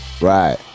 Right